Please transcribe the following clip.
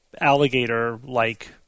alligator-like